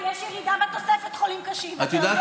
יש ירידה בתוספת חולים קשים, ואתה יודע את זה.